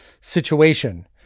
situation